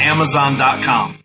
Amazon.com